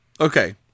Okay